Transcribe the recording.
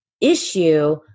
issue